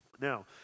Now